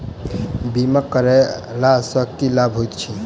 बीमा करैला सअ की लाभ होइत छी?